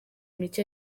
mike